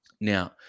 now